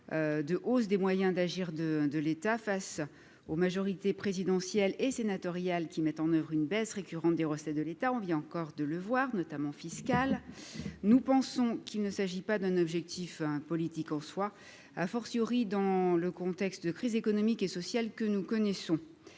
de hausse des moyens d'agir de de l'État face aux majorités présidentielles et sénatoriales qui mettent en oeuvre une baisse récurrentes des recettes de l'État, on vient encore de le voir, notamment fiscales, nous pensons qu'il ne s'agit pas d'un objectif politique au soir à fortiori dans le contexte de crise économique et sociale que nous connaissons,